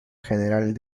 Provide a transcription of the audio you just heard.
general